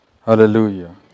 Hallelujah